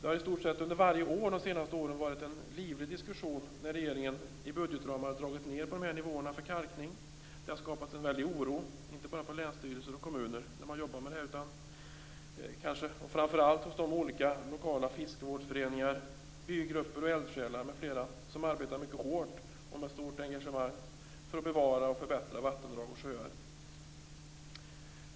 Det har i stort sett under varje år de senaste åren blivit livliga diskussioner när regeringen dragit ned på nivåerna för kalkning i budgetramarna. Det har skapat en oro inte bara på länsstyrelser och i kommuner utan framför allt hos lokala fiskevårdsföreningar, bygrupper och eldsjälar som arbetar hårt och med stort engagemang för att bevara och förbättra vattendrag och sjöar.